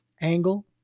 angle